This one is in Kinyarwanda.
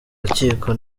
rukiko